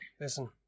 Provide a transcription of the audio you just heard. listen